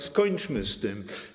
Skończmy z tym.